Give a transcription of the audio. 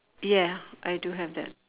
ya I do have that